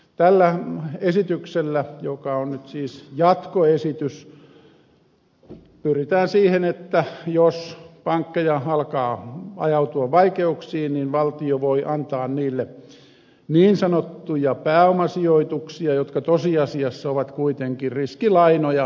tällä esityksellä joka on nyt siis jatkoesitys pyritään siihen että jos pankkeja alkaa ajautua vaikeuksiin niin valtio voi antaa niille niin sanottuja pääomasijoituksia jotka tosiasiassa ovat kuitenkin riskilainoja pankeille